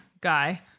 guy –